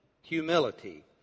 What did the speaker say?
Humility